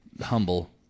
Humble